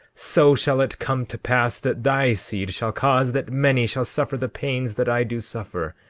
so shall it come to pass that thy seed shall cause that many shall suffer the pains that i do suffer,